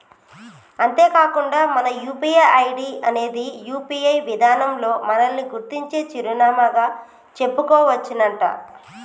అంతేకాకుండా మన UPI ID అనేది యూ.పీ.ఐ విధానంలో మనల్ని గుర్తించే చిరునామాగా చెప్పుకోవచ్చునంట